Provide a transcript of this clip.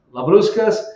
Labruscas